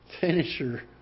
finisher